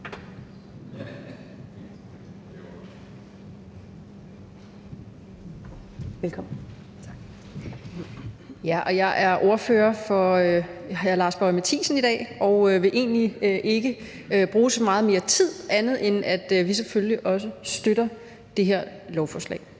dag ordfører i stedet for hr. Lars Boje Mathiesen og vil egentlig ikke bruge så meget mere tid andet end at sige, at vi selvfølgelig også støtter det her lovforslag.